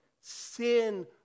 Sin